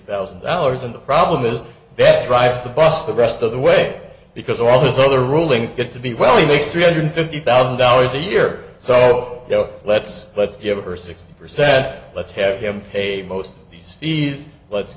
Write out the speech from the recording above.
thousand dollars and the problem is that rides the bus the rest of the way because all those other rulings get to be well it's three hundred fifty thousand dollars a year so let's let's give her sixty percent let's have him pay most of these fees let's